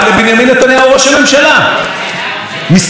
מסתבר שיש סמכויות שנוגעות לשר התקשורת,